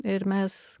ir mes